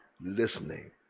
listening